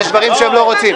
יש דברים שהם לא רוצים.